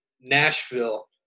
Nashville